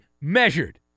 measured